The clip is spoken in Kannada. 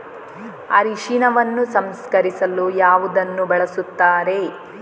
ಅರಿಶಿನವನ್ನು ಸಂಸ್ಕರಿಸಲು ಯಾವುದನ್ನು ಬಳಸುತ್ತಾರೆ?